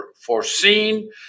foreseen